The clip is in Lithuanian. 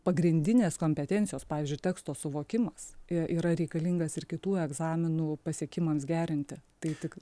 pagrindinės kompetencijos pavyzdžiui teksto suvokimas i yra reikalingas ir kitų egzaminų pasiekimams gerinti tai tik